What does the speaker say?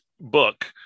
book